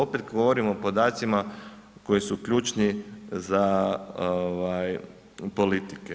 Opet govorim o podacima koji su ključni za ovaj politike.